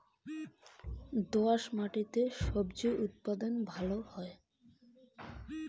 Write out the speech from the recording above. কোন মাটিতে স্বজি উৎপাদন ভালো হয়?